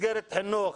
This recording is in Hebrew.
חינוך,